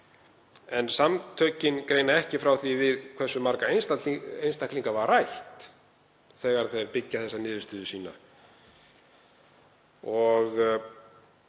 en samtökin greina ekki frá því við hversu marga einstaklinga var rætt þegar þau fengu þessa niðurstöðu sína